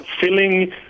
filling